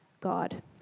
God